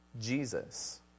Jesus